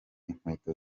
inkweto